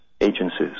agencies